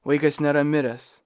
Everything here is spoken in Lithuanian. vaikas nėra miręs